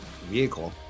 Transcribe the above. vehicle